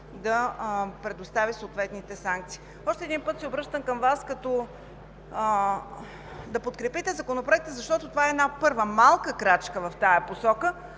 да предостави съответните санкции. Още един път се обръщам към Вас да подкрепите Законопроекта, защото това е една първа, малка крачка в тази посока,